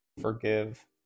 forgive